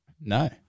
No